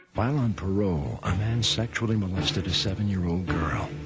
while on parole a man sexually molested a seven-year-old girl.